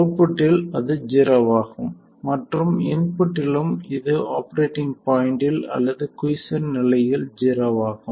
அவுட்புட்டில் அது ஜீரோவாகும் மற்றும் இன்புட்டிலும் இது ஆபரேட்டிங் பாய்ண்ட்டில் அல்லது குய்ஸ்சென்ட் நிலையில் ஜீரோவாகும்